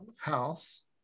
house